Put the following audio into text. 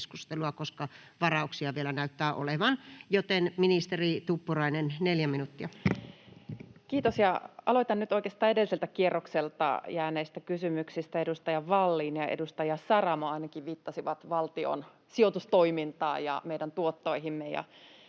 koska varauksia vielä näyttää olevan, joten, ministeri Tuppurainen, 4 minuuttia. Kiitos, ja aloitan nyt oikeastaan edelliseltä kierrokselta jääneistä kysymyksistä. Ainakin edustaja Wallin ja edustaja Saramo viittasivat valtion sijoitustoimintaan ja meidän tuottoihimme,